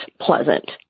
pleasant